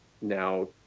now